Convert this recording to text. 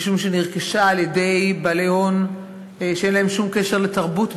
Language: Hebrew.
משום שנרכשה על-ידי בעלי הון שאין להם שום קשר לתרבות בכלל,